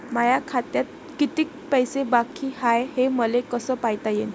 माया खात्यात कितीक पैसे बाकी हाय हे मले कस पायता येईन?